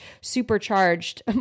supercharged